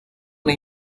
una